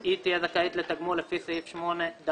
היא תהיה זכאית לתגמול לפי סעיף 8(ד)